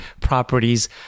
properties